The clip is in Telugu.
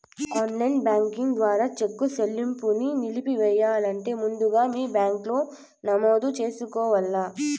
ఆన్లైన్ బ్యాంకింగ్ ద్వారా చెక్కు సెల్లింపుని నిలిపెయ్యాలంటే ముందుగా మీ బ్యాంకిలో నమోదు చేసుకోవల్ల